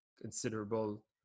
considerable